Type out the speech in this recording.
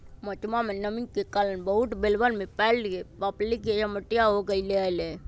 मौसमा में नमी के कारण बहुत भेड़वन में पैर के पपड़ी के समस्या हो गईले हल